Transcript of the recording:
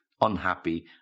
unhappy